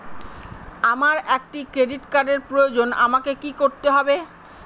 আমার একটি ক্রেডিট কার্ডের প্রয়োজন আমাকে কি করতে হবে?